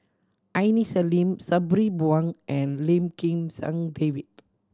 Aini Salim Sabri Buang and Lim Kim San David